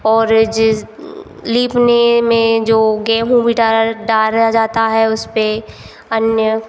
और जिस लीपने में जो गेहूँ भी डाल डाला जाता है उस पर अन्य